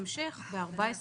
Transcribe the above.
ב-23